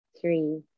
three